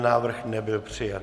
Návrh nebyl přijat.